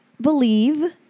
believe